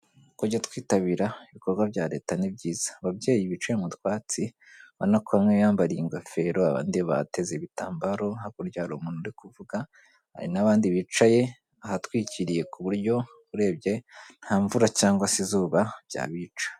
Kujya twitabira ibikorwa bya leta ni byiza. Ababyeyi bicaye mu twatsi urabona ko umwe yiyambariye ingofero, abandi bateze ibitambaro. Hakurya hari umuntu uri kuvuga. Hari n'abandi bicaye ahatwikiriye ku buryo urebye nta mvura cyangwa se izuba byabica.